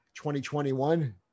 2021